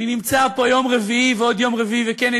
אני נמצא פה יום רביעי ועוד יום רביעי וכן,